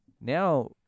Now